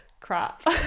crap